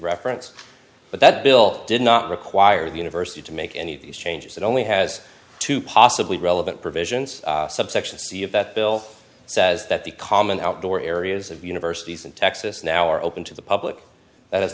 reference but that bill did not require the university to make any of these changes and only has to possibly relevant provisions subsection c of that bill says that the common outdoor areas of universities in texas now are open to the public that has